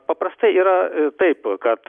paprastai yra taip kad